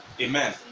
Amen